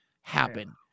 happen